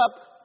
up